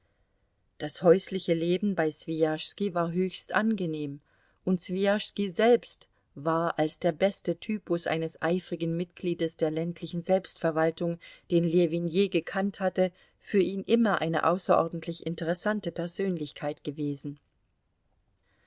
das häusliche leben bei swijaschski war höchst angenehm und swijaschski selbst war als der beste typus eines eifrigen mitgliedes der ländlichen selbstverwaltung den ljewin je gekannt hatte für ihn immer eine außerordentlich interessante persönlichkeit gewesen